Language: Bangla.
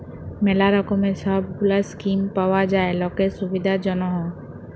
ম্যালা রকমের সব গুলা স্কিম পাওয়া যায় লকের সুবিধার জনহ